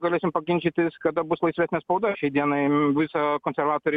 galėsim paginčytis kada bus laisvesnė spauda šiai dienai visą konservatoriai